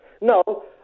No